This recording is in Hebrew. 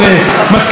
אבל את זה נשים בצד.